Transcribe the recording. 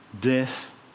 Death